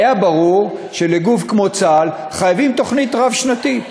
היה ברור שבגוף כמו צה"ל חייבים תוכנית רב-שנתית.